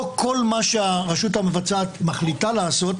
לא כל מה שהרשות המבצעת מחליטה לעשות,